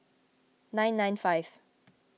nine nine five